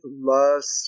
lust